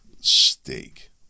Steak